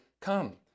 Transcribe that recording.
come